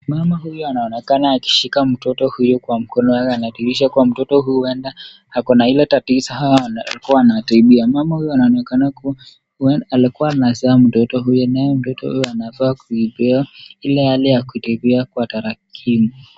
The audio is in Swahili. Mama huyu anaonekana akishika mtoto huyu kwa mkono wake anawakilisha kuwa mtoto huyu huenda na ile tatizo huwa wanatibia. Mama huyu anaonekana kuwa alikua anazaa mtoto huyu naye mtoto huyu anafaa kutibiwa ile hali ya kutibiwa kwa taratibu.